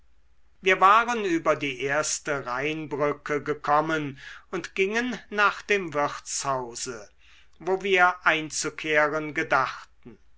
wir waren über die erste rheinbrücke gekommen und gingen nach dem wirtshause wo wir einzukehren gedachten